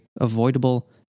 avoidable